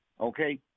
okay